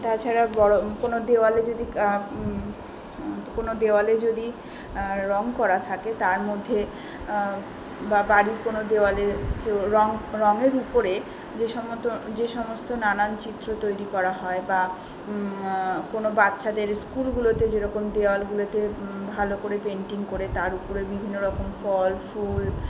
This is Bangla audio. তাছাড়া বড়ো কোনো দেওয়ালে যদি কা কোনো দেওয়ালে যদি রঙ করা থাকে তার মধ্যে বা বাড়ির কোনো দেওয়ালে কেউ রঙ রঙের উপরে যে সমত যে সমস্ত নানান চিত্র তৈরি করা হয় বা কোনো বাচ্চাদের ইস্কুলগুলোতে যেরকম দেওয়ালগুলোতে ভালো করে পেন্টিং করে তার উপরে বিভিন্ন রকম ফল ফুল